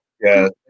Yes